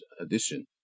addition